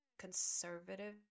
conservative